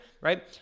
right